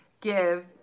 give